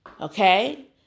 Okay